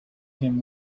him